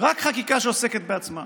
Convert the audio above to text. רק חקיקה שעוסקת בעצמה.